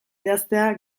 idaztea